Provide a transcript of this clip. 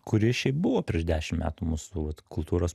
kuri šiaip buvo prieš dešim metų mūsų vat kultūros